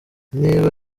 niba